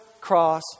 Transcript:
cross